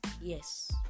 Yes